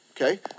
Okay